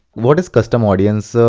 word is custom audience, so